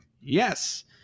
Yes